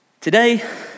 Today